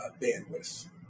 bandwidth